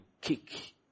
kick